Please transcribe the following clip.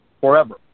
forever